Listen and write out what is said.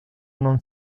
non